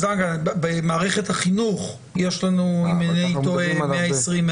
במערכת החינוך יש לנו אם אינני טועה 120,000,